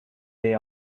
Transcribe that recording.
they